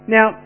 Now